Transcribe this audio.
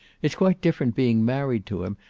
it's quite different being married to him,